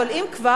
אבל אם כבר,